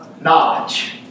knowledge